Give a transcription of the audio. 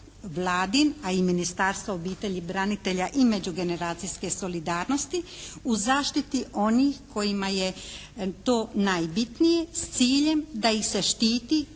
Vladin, a i Ministarstva obitelji, branitelja i međugeneracijske solidarnosti u zaštiti onih kojima je to najbitnije s ciljem da ih se štiti,